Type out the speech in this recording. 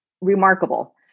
remarkable